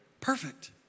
perfect